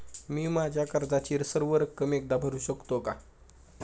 मी माझ्या कर्जाची सर्व रक्कम एकदा भरू शकतो का?